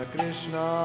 Krishna